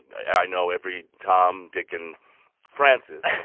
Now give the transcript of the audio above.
i know every tom, dick and frances